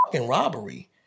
robbery